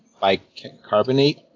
bicarbonate